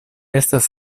estas